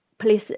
please